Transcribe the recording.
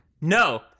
no